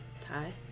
Tie